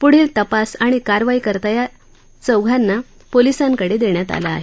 पुढील तपास आणि कारवाईकरता या चोघांना पोलिसांकडे देण्यात आलं आहे